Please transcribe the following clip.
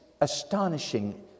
Astonishing